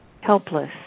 helpless